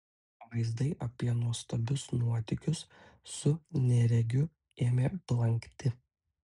vaizdai apie nuostabius nuotykius su neregiu ėmė blankti